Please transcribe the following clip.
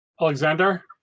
Alexander